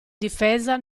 difesa